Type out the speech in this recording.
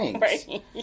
Right